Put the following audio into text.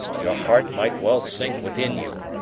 your heart might well sink within you.